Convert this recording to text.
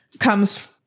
comes